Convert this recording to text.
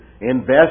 Invest